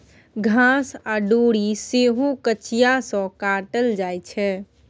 घास आ डोरी सेहो कचिया सँ काटल जाइ छै